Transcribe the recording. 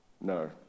No